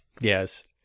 Yes